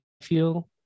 feel